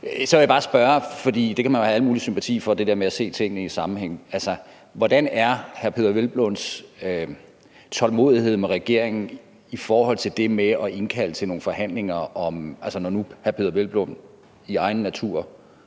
Så vil jeg bare spørge – for man kan jo have al mulig sympati for det der med at se tingene i sammenhæng: Hvordan er hr. Peder Hvelplunds tålmodighed med regeringen i forhold til det med at indkalde til nogle forhandlinger? Altså, når nu hr. Peder Hvelplund efter